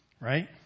Right